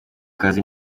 akazi